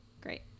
Great